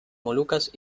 molucas